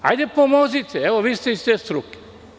Hajde pomozite, vi ste iz te struke.